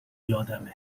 یادمه